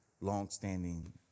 longstanding